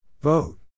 Vote